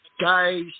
guys